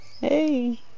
Hey